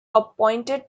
appointed